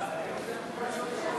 חוק השיפוט